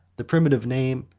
the primitive name,